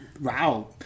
wow